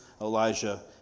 Elijah